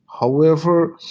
however,